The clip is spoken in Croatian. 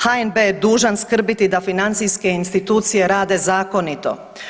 HNB je dužan skrbiti da financijske institucije rade zakonito.